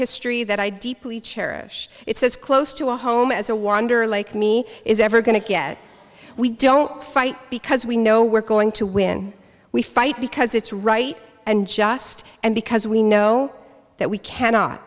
history that i deeply cherish it's as close to home as a wanderer like me is ever going to get we don't fight because we know we're going to win we fight because it's right and just and because we know that we cannot